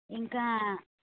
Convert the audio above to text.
ఇంకా